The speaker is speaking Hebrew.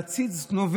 ציונית,